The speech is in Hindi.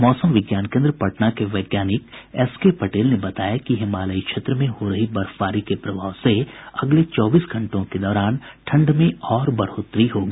मौसम विज्ञान केन्द्र पटना के वैज्ञानिक एसके पटेल ने बताया कि हिमालयी क्षेत्र में हो रही बर्फबारी के प्रभाव से अगले चौबीस घंटो के दौरान ठंड में और बढ़ोतरी होगी